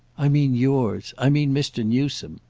i mean yours. i mean mr. newsome.